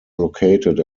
located